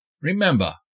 remember